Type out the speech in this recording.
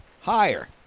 Higher